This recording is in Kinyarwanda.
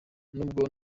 nubwo